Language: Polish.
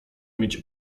mieć